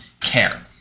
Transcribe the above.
care